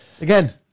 Again